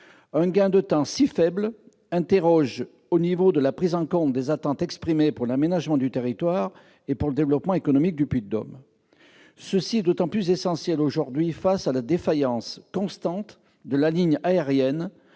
un gain de temps si faible interroge au niveau de la prise en compte des attentes exprimées pour l'aménagement du territoire et pour le développement économique du Puy-de-Dôme. Cela devient encore plus essentiel aujourd'hui face à la défaillance constante de la ligne aérienne